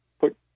put